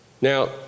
Now